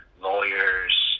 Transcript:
lawyers